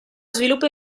sviluppo